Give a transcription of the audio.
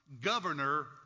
governor